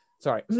sorry